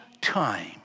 time